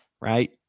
right